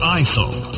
iPhone